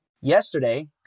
Yesterday